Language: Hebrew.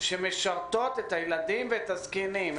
שמשרתות את הילדים ואת הזקנים,